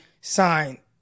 signed